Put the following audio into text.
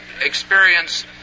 experience